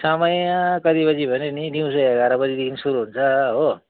समय कतिबजी भने नि दिउँसो एघार बजीदेखि सुरु हुन्छ हो